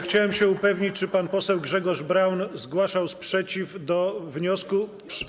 Chciałbym się upewnić, czy pan poseł Grzegorz Braun zgłaszał sprzeciw wobec wniosku.